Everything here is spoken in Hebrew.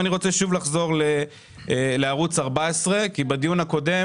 אני רוצה לחזור לערוץ 14 כי בדיון הקודם